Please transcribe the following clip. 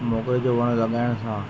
मोगरे जो वणु लॻाइण सां